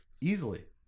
Easily